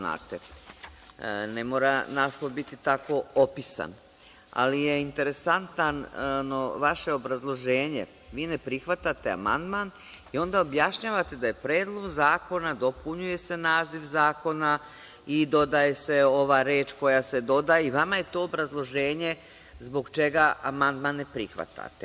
Ne mora naslov biti tako opisan, ali je interesantno vaše obrazloženje, vi ne prihvatate amandman i onda objašnjavate da je Predlog zakona, dopunjuje se naziv zakona i dodaje se ova reč koja se dodaje, i vama je to obrazloženje zbog čega amandman ne prihvatate.